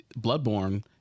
Bloodborne